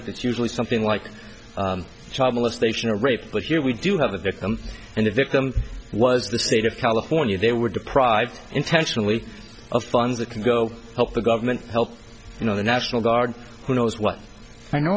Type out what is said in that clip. conduct it's usually something like child molestation or rape but here we do have the victim and the victim was the state of california they were deprived intentionally of funds that can go up the government help you know the national guard who knows what i know